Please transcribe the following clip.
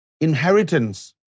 inheritance